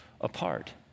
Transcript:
apart